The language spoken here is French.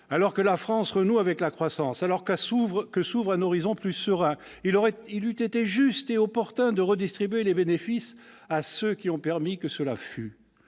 Alors que la France renoue avec la croissance, alors que s'ouvre un horizon plus serein, il eût été juste et opportun de redistribuer les bénéfices à ceux qui ont permis que cela fût,